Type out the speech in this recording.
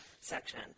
section